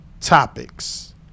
topics